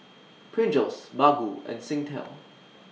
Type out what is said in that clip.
Pringles Baggu and Singtel